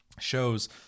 shows